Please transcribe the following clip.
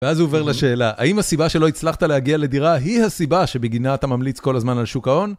ואז הוא עובר לשאלה, האם הסיבה שלא הצלחת להגיע לדירה היא הסיבה שבגינה אתה ממליץ כל הזמן על שוק ההון?